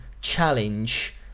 challenge